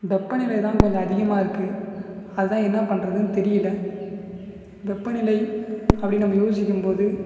வெப்ப நிலை தான் கொஞ்சம் அதிகமாக இருக்குது அதுதான் என்ன பண்ணுறதுன்னு தெரியலை வெப்பநிலை அப்படின்னு நம்ம யோசிக்கும் போது